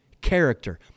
Character